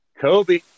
kobe